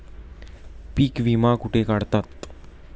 पीक विमा कुठे काढतात?